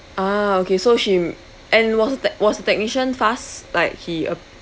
ah okay so she m~ and was tech~ was technician fast like he uh